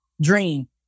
Dream